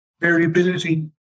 variability